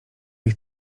ich